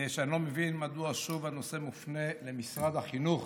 שאני לא מבין מדוע הנושא שוב מופנה למשרד החינוך.